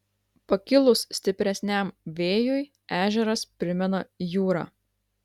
pakilus stipresniam vėjui ežeras primena jūrą